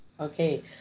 okay